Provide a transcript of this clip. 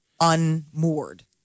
Unmoored